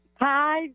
Hi